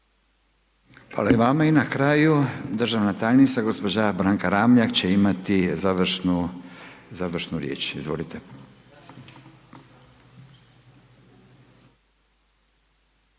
Hvala i vama i na kraju državna tajnica gospođa Branka Ramljak će imati završnu, završnu riječ. Izvolite. **Ramljak,